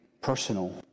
personal